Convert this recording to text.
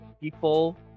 people